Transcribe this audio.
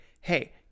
hey